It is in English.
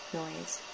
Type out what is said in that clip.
noise